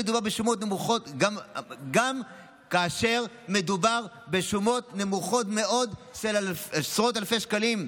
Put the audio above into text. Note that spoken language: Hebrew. גם כאשר מדובר בשומות נמוכות מאוד של עשרות אלפי שקלים.